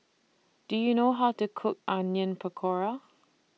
Do YOU know How to Cook Onion Pakora